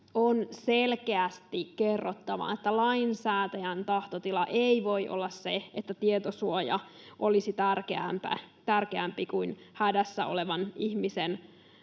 on selkeästi kerrottava, että lainsäätäjän tahtotila ei voi olla se, että tietosuoja olisi tärkeämpi kuin hädässä olevan ihmisen